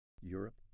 Europe